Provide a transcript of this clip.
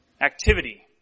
activity